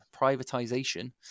privatization